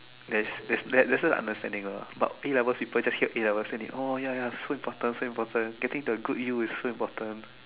there's there's lesser understanding lah but a-levels people just hear a-levels then they oh so important so important getting into a good U is so important